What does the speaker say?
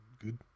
good